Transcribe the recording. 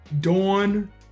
Dawn